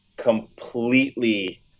completely